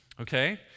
okay